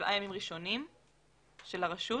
שבעה ימים ראשונים של הרשות.